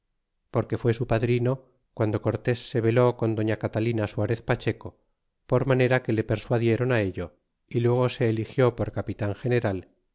porque fué su padrino guando cortés se veló con doña catalina suarez pacheco por manera que le persuadieron ello y luego so eligió por capitan general